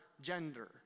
gender